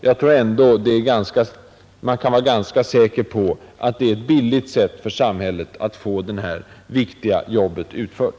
Jag tror ändå att man kan vara ganska säker på att det är ett billigt sätt för samhället att få det här viktiga jobbet utfört.